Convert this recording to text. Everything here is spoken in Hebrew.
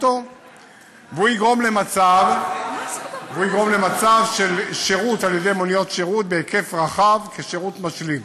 והוא יגרום למצב של שירות על-ידי מוניות שירות בהיקף רחב כשירות משלים.